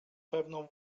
pewną